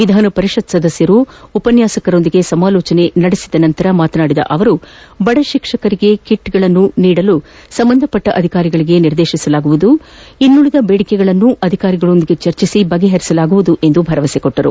ವಿಧಾನಪರಿಷತ್ ಸದಸ್ಯರು ಉಪನ್ಯಾಸಕರ ಜೊತೆ ಸಮಾಲೋಚನೆ ನಡೆಸಿದ ನಂತರ ಮಾತನಾಡಿದ ಅವರು ಬಡ ಶಿಕ್ಷಕರಿಗೆ ಕಿಟ್ ಕೊಡಲು ಸಂಬಂಧಪಟ್ಟ ಅಧಿಕಾರಿಗಳಿಗೆ ನಿರ್ದೇಶನ ನೀಡಲಾಗುವುದು ಇನ್ನು ಉಳಿದ ಬೇಡಿಕೆಗಳನ್ನು ಅಧಿಕಾರಿಗಳೊಂದಿಗೆ ಚರ್ಚಿಸಿ ಬಗೆಹರಿಸುವುದಾಗಿ ಭರವಸೆ ನೀಡಿದರು